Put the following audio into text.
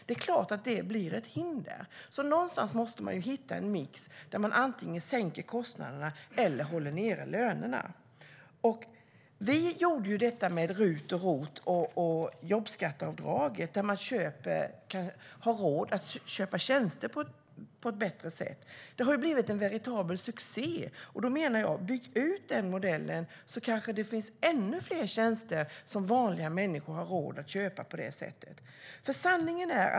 Det är klart att det blir ett hinder. Någonstans måste man hitta en mix där man antingen sänker kostnaderna eller håller ned lönerna. Vi gjorde detta med hjälp av RUT, ROT och jobbskatteavdraget så att man kan ha råd att köpa tjänster. Det har blivit en veritabel succé. Bygg ut den modellen så att ännu fler tjänster skapas som vanliga människor kan ha råd att köpa.